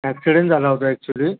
oxidant झाला होता actually